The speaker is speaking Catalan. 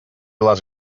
les